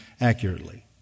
accurately